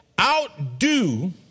Outdo